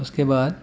اس کے بعد